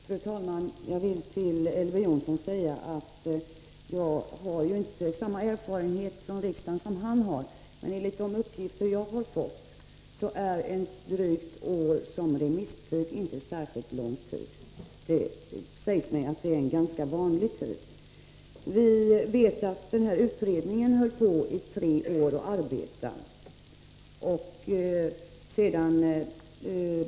Fru talman! Jag har ju inte samma erfarenhet av riksdagsarbetet som Elver Jonsson, men enligt de uppgifter som jag har fått är en remisstid på drygt ett år inte särskilt lång. Tvärtom har jag fått veta att det är en ganska vanlig tidsutdräkt. Som bekant höll utredningen på med sitt arbete i tre år.